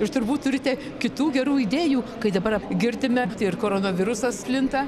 ir turbūt turite kitų gerų idėjų ką dabar girdime tai ir koronavirusas plinta